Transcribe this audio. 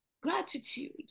Gratitude